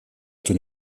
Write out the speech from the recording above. что